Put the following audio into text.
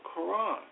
Quran